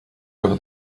over